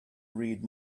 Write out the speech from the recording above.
read